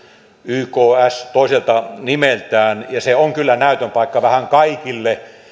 yks toiselta nimeltään ja se on kyllä näytön paikka vähän kaikille